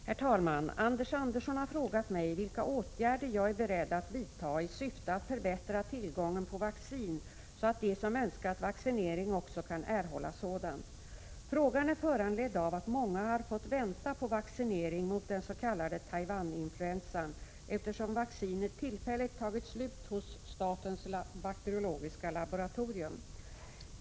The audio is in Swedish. Herr talman! Anders Andersson har frågat mig vilka åtgärder jag är beredd att vidta i syfte att förbättra tillgången på vaccin, så att de som önskar vaccinering också kan erhålla sådan. Frågan är föranledd av att många har fått vänta på vaccinering mot den s.k. Taiwan-influensan, eftersom vaccinet tillfälligt tagit slut hos statens bakteriologiska laboratorium .